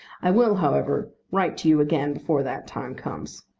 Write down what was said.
i will, however, write to you again before that time comes.